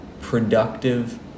productive